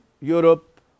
Europe